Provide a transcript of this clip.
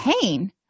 pain